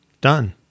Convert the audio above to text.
done